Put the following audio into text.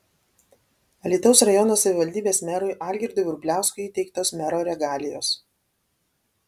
alytaus rajono savivaldybės merui algirdui vrubliauskui įteiktos mero regalijos